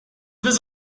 this